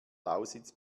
lausitz